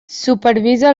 supervisa